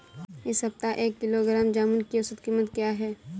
इस सप्ताह एक किलोग्राम जामुन की औसत कीमत क्या है?